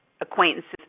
acquaintances